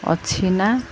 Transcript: ଅଛି ନା